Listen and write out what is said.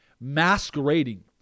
masquerading